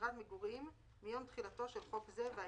דירת מגורים מיום תחילתו של חוק זה ואילך".